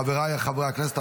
חבריי חברי הכנסת,